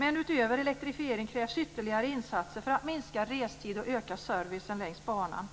Men utöver elektrifiering krävs ytterligare insatser för att minska restiden och öka servicen längs banan.